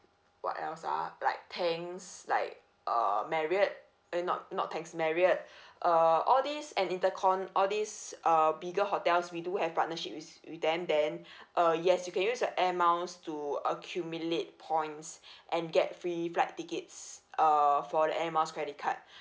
what else ah like Tangs like uh Marriott eh not not tangs marriott uh all these and intercon~ all these uh bigger hotels we do have partnerships with with them then uh yes you can use the air miles to accumulate points and get free flight tickets err for the air miles credit card